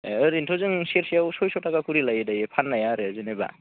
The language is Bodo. ओरैनोथ' जों सेरसेयाव सयस' थाखा खरि लायो दायो फाननाया आरो जेनेबा